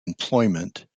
employment